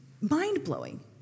mind-blowing